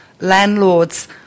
landlords